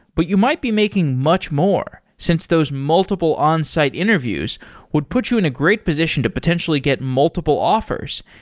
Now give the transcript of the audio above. but you might be making much more since those multiple onsite interviews would put you in a great position to potentially get multiple offers,